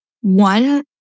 one